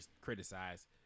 criticize